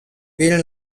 will